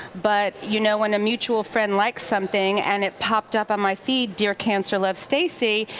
but you know when a mutual friend likes something and it popped up on my feed, dear cancer, love stacy,